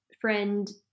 friend